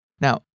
Now